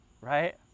right